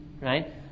Right